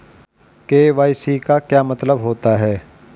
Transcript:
KYC का क्या मतलब होता है?